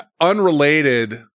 unrelated